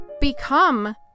become